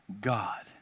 God